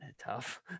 tough